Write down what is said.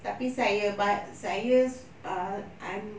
tapi saya ba~ saya err I'm